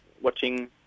watching